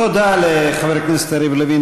תודה לחבר הכנסת יריב לוין,